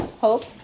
Hope